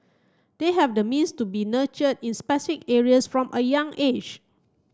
they have the means to be nurtured in specific areas from a young age